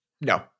No